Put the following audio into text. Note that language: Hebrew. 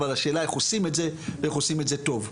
אבל השאלה איך עושים את זה ואיך עושים את זה טוב.